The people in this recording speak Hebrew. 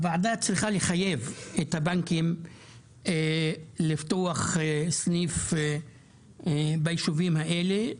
אני חושב שהוועדה צריכה לחייב את הבנקים לפתוח סניף בישובים האלה.